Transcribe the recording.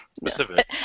specific